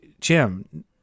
Jim